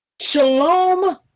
shalom